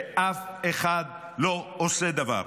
ואף אחד לא עושה דבר.